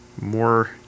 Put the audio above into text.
More